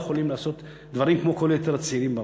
יכולים לעשות דברים כמו יתר הצעירים בעולם.